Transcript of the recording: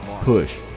Push